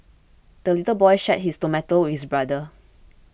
the little boy shared his tomato with his brother